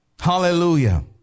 Hallelujah